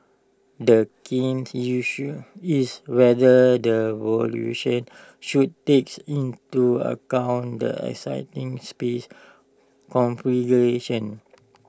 the key issue is whether the valuation should takes into account the existing space configuration